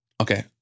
Okay